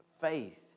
Faith